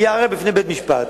יערער בפני בית-משפט.